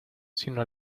sino